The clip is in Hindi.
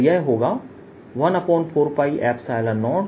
तो यह होगा 140Q1Q3r13140Q2Q3r23